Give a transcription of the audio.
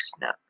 no